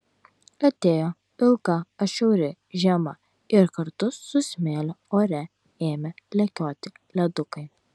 atėjo ilga atšiauri žiema ir kartu su smėliu ore ėmė lekioti ledukai